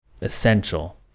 essential